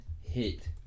hit